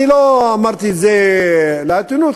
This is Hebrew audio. אני לא אמרתי את זה לעיתונות,